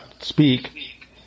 speak